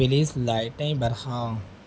please لائٹیں بڑھاؤ